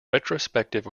retrospective